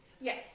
Yes